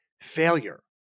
failure